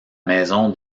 maison